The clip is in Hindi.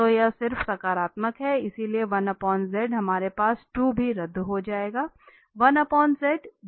तो यह सिर्फ सकारात्मक है इसलिए हमारे पास 2 भी रद्द हो जाएगा